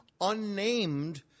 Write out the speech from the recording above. unnamed